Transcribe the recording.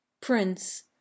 prince